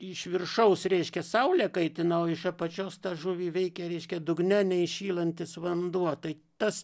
iš viršaus reiškia saulė kaitina o iš apačios tą žuvį veikia reiškia dugne neįšylantis vanduo tai tas